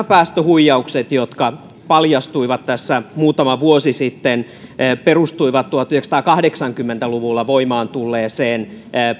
päästöhuijaukset jotka paljastuivat tässä muutama vuosi sitten perustuivat tuhatyhdeksänsataakahdeksankymmentä luvulla voimaan tulleeseen